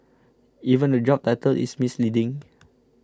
even the job title is misleading